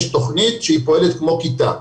יש תכנית שפועלת כמו כיתה.